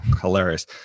hilarious